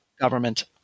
government